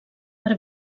per